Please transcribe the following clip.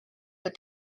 but